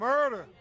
Murder